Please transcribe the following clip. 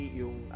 yung